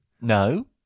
No